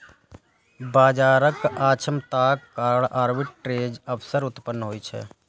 बाजारक अक्षमताक कारण आर्बिट्रेजक अवसर उत्पन्न होइ छै